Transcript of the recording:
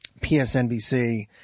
PSNBC